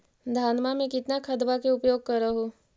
धानमा मे कितना खदबा के उपयोग कर हू?